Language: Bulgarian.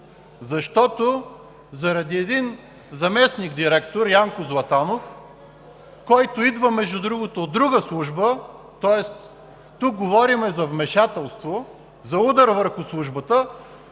защото заради един заместник-директор – Янко Златанов, който идва от друга служба, тоест тук говорим за вмешателство, за удар върху службата,